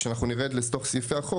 כשאנחנו נרד לתוך סעיפי החוק,